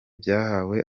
byahawe